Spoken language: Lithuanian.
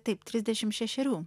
taip trisdešimt šešerių